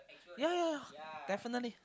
ya ya ya definitely